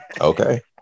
Okay